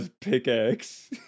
pickaxe